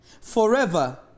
Forever